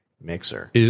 mixer